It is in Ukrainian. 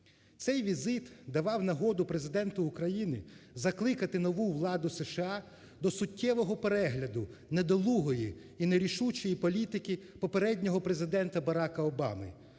Цей візит давав нагоду Президенту України закликати нову владу США до суттєвого перегляду недолугої і нерішучої політики попереднього Президента Барака Обами,